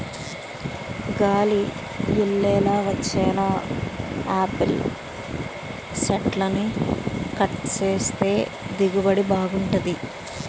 గాలి యెల్లేలా వచ్చేలా యాపిల్ సెట్లని కట్ సేత్తే దిగుబడి బాగుంటది